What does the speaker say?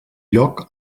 lloc